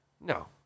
No